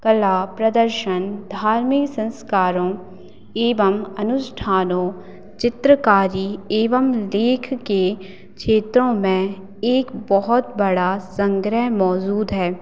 कला प्रदर्शन धार्मिक संस्कारों एवं अनुष्ठानों चित्रकारी एवं लेख के क्षेत्रों में एक बहुत बड़ा संग्रह मौजूद है